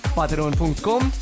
patreon.com